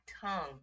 tongue